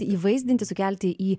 įvaizdinti sukelti į